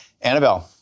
Annabelle